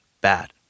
bad